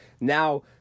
now